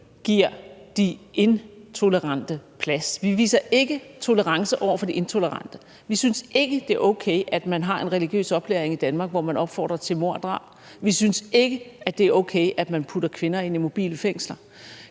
giver de intolerante plads. Vi viser ikke tolerance over for de intolerante. Vi synes ikke, det er okay, at man har en religiøs oplæring i Danmark, hvor man opfordrer til mord og drab. Vi synes ikke, at det er okay, at man putter kvinder ind i mobile fængsler.